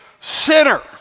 sinner